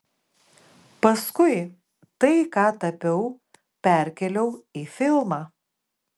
paskui tai ką tapiau perkėliau į filmą